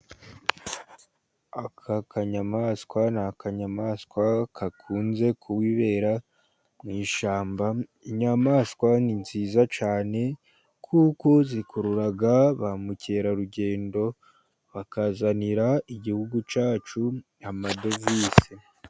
Aka kanyamaswa ni akanyamaswa gakunze kwibera mu ishyamba, inyamaswa ni nziza cyane kuko zikurura ba mukerarugendo, bakazanira igihugu cyacu amadevize.